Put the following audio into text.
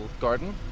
garden